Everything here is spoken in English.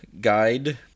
guide